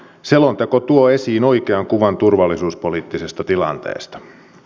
selonteko tuo esiin oikean kuvan turvallisuuspoliittisesta tilanteesta